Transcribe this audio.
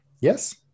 Yes